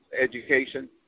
education